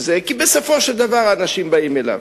כי בסופו של דבר האנשים באים אליו.